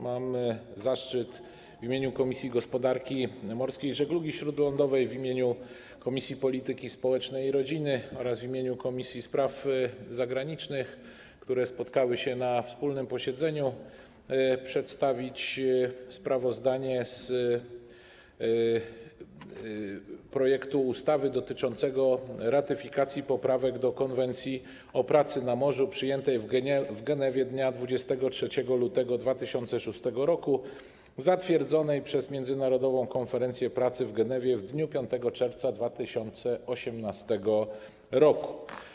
Mam zaszczyt w imieniu Komisji Gospodarki Morskiej i Żeglugi Śródlądowej, w imieniu Komisji Polityki Społecznej i Rodziny oraz w imieniu Komisji Spraw Zagranicznych, które spotkały się na wspólnym posiedzeniu, przedstawić sprawozdanie o projekcie ustawy o ratyfikacji Poprawek do Konwencji o pracy na morzu, przyjętej w Genewie dnia 23 lutego 2006 r., zatwierdzonych przez Międzynarodową Konferencję Pracy w Genewie w dniu 5 czerwca 2018 r.